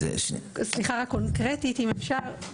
קונקרטית אם אפשר,